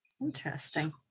Interesting